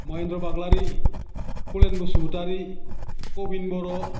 महेन्द्र बाग्लारि कलेन बसुमतारी कबिन बर'